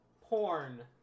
porn